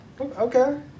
Okay